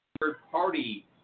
third-party